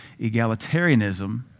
egalitarianism